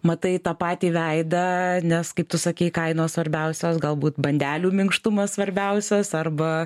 matai tą patį veidą nes kaip tu sakei kainos svarbiausios galbūt bandelių minkštumas svarbiausias arba